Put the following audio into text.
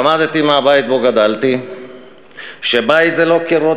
למדתי מהבית שבו גדלתי שבית זה לא קירות